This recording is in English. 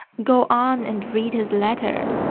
go on and read his letter.